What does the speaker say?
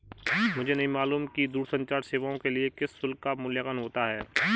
मुझे नहीं मालूम कि दूरसंचार सेवाओं के लिए किस शुल्क का मूल्यांकन होता है?